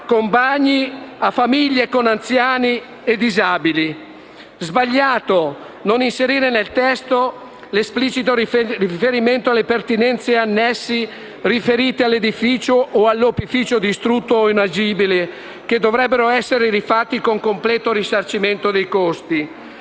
con bagni a famiglie con anziani e disabili. È sbagliato non inserire nel testo l'esplicito riferimento alle pertinenze e annessi riferiti all'edifico o all'opificio distrutto o inagibile, che dovrebbero essere rifatti con completo risarcimento dei costi.